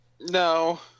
No